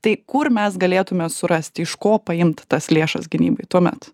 tai kur mes galėtume surasti iš ko paimti tas lėšas gynybai tuomet